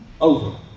over